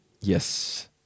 Yes